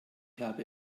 habe